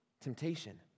temptation